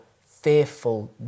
fearful